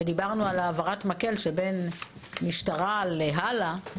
ודיברנו על העברת המקל של בין המשטרה להלאה,